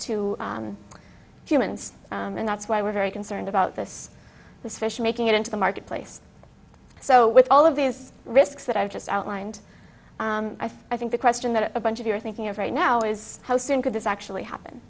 to humans and that's why we're very concerned about this this fish making it into the marketplace so with all of these risks that i've just outlined i think the question that a bunch of you are thinking of right now is how soon could this actually happen